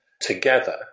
together